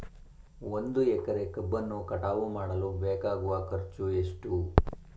ಒಂದು ಎಕರೆ ಕಬ್ಬನ್ನು ಕಟಾವು ಮಾಡಲು ಬೇಕಾಗುವ ಖರ್ಚು ಎಷ್ಟು?